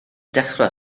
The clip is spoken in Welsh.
dechrau